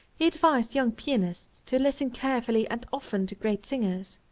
he advised young pianists to listen carefully and often to great singers.